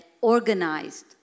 organized